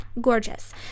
gorgeous